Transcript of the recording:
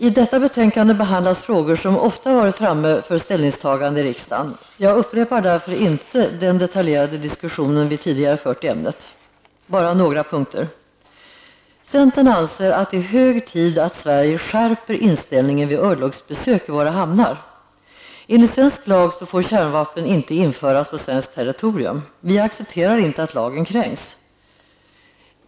I detta betänkande behandlas frågor som ofta varit framme för ställningstagande i riksdagen. Jag upprepar därför inte den detaljerade diskussion som vi tidigare fört i ämnet, bara några punkter. Centern anser att det är hög tid att Sverige skärper inställningen vid örlogsbesök i våra hamnar. Enligt svensk lag får kärnvapen inte införas på svenskt territorium. Vi accepterar inte att lagen kränks.